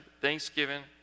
thanksgiving